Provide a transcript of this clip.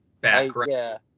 background